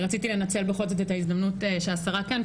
רציתי לנצל בכל זאת את ההזדמנות שהשרה כאן,